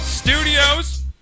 Studios